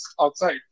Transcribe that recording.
outside